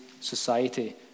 society